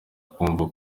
kumva